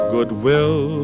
Goodwill